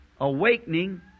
Awakening